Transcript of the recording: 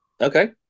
Okay